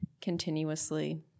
continuously